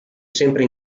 sempre